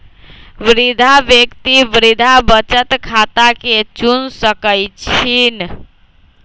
वृद्धा व्यक्ति वृद्धा बचत खता के चुन सकइ छिन्ह